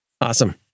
Awesome